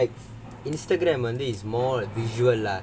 Instagram வந்து:vandhu is more visual lah